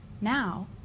Now